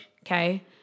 Okay